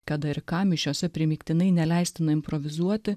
kada ir ką mišiose primygtinai neleistina improvizuoti